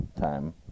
time